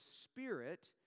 spirit